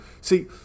See